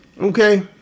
Okay